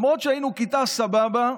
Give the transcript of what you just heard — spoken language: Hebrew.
למרות שהיינו כיתה סבבה,